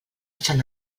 sant